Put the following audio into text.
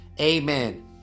Amen